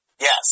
Yes